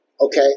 Okay